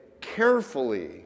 carefully